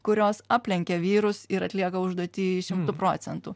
kurios aplenkia vyrus ir atlieka užduotį šimtu procentų